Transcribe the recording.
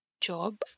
job